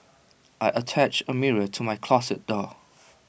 I attached A mirror to my closet door